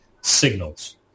signals